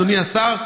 אדוני השר,